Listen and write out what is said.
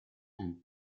and